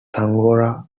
tangaroa